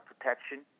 protection